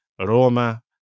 Roma